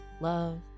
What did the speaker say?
love